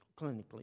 clinically